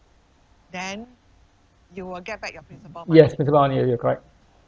yes principal only you're you're correct